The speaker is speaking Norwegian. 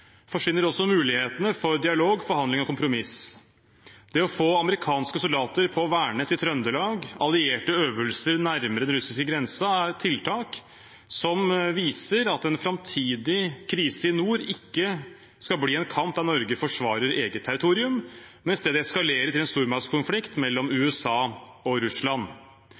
forsvinner også mulighetene for dialog, forhandling og kompromiss. Det å få amerikanske soldater på Værnes i Trøndelag, allierte øvelser nær den russiske grensen, er tiltak som viser at en framtidig krise i nord ikke skal bli en kamp der Norge forsvarer eget territorium, men i stedet eskalerer til en stormaktskonflikt mellom USA og Russland.